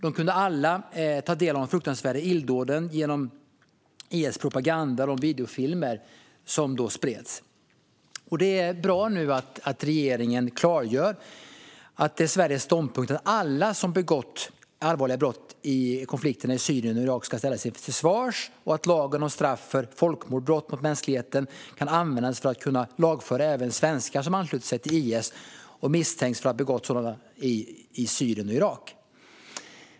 De kunde alla ta del av de fruktansvärda illdåden genom IS propaganda och videofilmer som spreds. Det är bra att regeringen nu klargör att det är Sveriges ståndpunkt att alla som begått allvarliga brott i konflikterna i Syrien och Irak ska ställas till svars och att lagen om straff för folkmord, brott mot mänskligheten och krigsförbrytelser kan användas för att lagföra även svenskar som anslutit sig till IS och misstänks ha begått brott i Syrien och Irak.